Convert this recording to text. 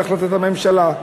בהחלטת הממשלה.